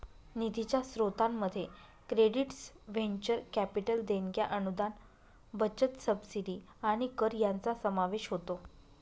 निधीच्या स्त्रोतांमध्ये credits venture capital देणग्या अनुदान बचत सबसिडी आणि कर यांचा समावेश होतो